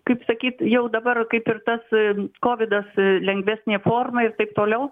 kaip sakyt jau dabar kaip ir tas kovidas lengvesnė forma ir taip toliau